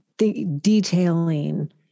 detailing